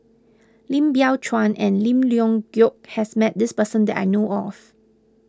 Lim Biow Chuan and Lim Leong Geok has met this person that I know of